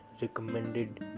Recommended